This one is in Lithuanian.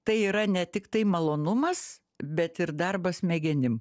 tai yra ne tiktai malonumas bet ir darbas smegenim